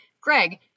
greg